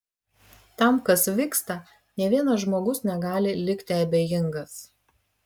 tam kas vyksta nė vienas žmogus negali likti abejingas